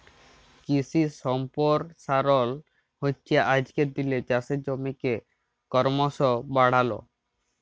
কিশি সম্পরসারল হচ্যে আজকের দিলের চাষের জমিকে করমশ বাড়াল